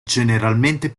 generalmente